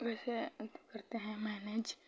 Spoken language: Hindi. वैसे करते हैं मैनेज़